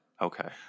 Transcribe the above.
okay